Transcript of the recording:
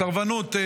סרבנות,